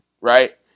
right